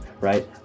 right